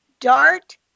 Dart